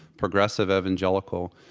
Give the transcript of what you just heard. progressive evangelical,